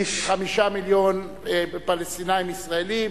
5 מיליון פלסטינים ישראלים,